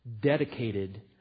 dedicated